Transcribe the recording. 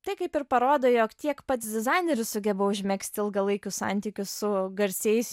tai kaip ir parodo jog tiek pats dizaineris sugeba užmegzti ilgalaikius santykius su garsiais